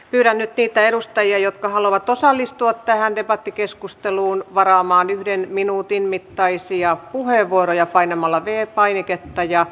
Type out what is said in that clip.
mitä nyt pitää edustajia jotka haluavat osallistua tähän debatti keskusteluun varaamaan yhden minuutin mittaisia puheenvuoroja painamalla vie arvoisa puhemies